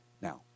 Now